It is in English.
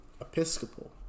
Episcopal